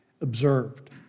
observed